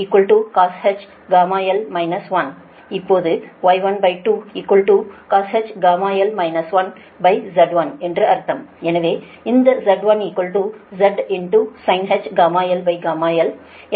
இப்போது Y12cosh γl 1Z1என்று அர்த்தம் எனவே இந்த Z1 Z sinh γl γl